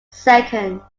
second